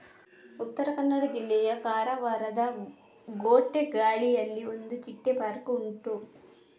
ಉತ್ತರ ಕನ್ನಡ ಜಿಲ್ಲೆಯ ಕಾರವಾರದ ಗೋಟೆಗಾಳಿಯಲ್ಲಿ ಒಂದು ಚಿಟ್ಟೆ ಪಾರ್ಕ್ ಉಂಟು